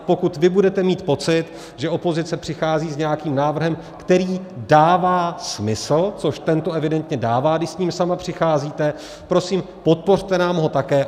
Pokud vy budete mít pocit, že opozice přichází s nějakým návrhem, který dává smysl, což tento evidentně dává, když s ním sama přicházíte, prosím, podpořte nám ho také.